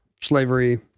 slavery